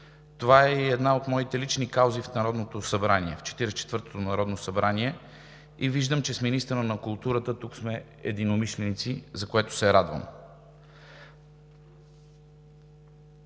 Това е и една от моите лични каузи в Четиридесет и четвъртото народно събрание. Виждам, че с министъра на културата тук сме единомишленици, за което се радвам.